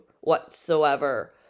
whatsoever